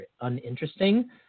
uninteresting